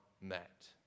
met